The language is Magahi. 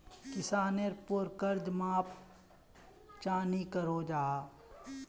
किसानेर पोर कर्ज माप चाँ नी करो जाहा?